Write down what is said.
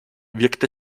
wirkt